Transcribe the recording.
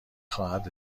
خواهد